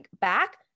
back